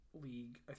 league